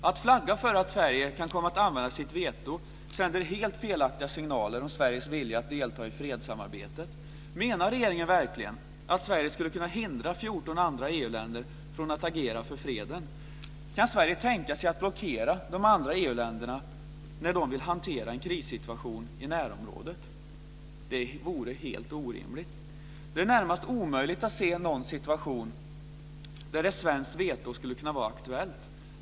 Att flagga för att Sverige kan komma att använda sitt veto sänder helt felaktiga signaler om Sveriges vilja att delta i fredssamarbetet. Menar regeringen verkligen att Sverige skulle kunna hindra 14 andra EU-länder från att agera för freden? Kan Sverige tänka sig att blockera de andra EU-länderna när de vill hantera en krissituation i närområdet? Det vore helt orimligt. Det är närmast omöjligt att se någon situation där ett svenskt veto skulle kunna vara aktuellt.